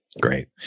Great